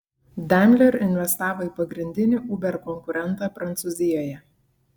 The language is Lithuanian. daimler investavo į pagrindinį uber konkurentą prancūzijoje